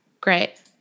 Great